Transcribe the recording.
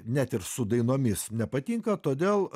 net ir su dainomis nepatinka todėl